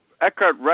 Eckhart